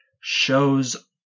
shows